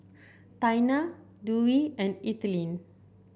Taina Dewey and Ethelene